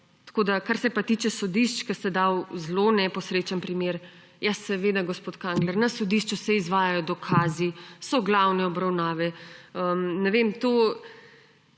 kdaj ne. Kar se pa tiče sodišč, ste dali zelo neposrečen primer. Ja seveda, gospod Kangler, na sodišču se izvajajo dokazi, so glavne obravnave … Ne vem, to